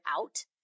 out